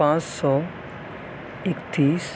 پانچ سو اکتیس